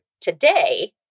Today